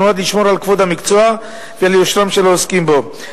שנועד לשמור על כבוד המקצוע ועל יושרם של העוסקים בו.